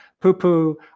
poo-poo